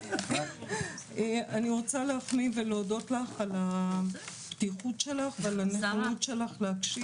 אני רוצה להחמיא ולהודות לך על הפתיחות שלך ועל הנכונות שלך להקשיב.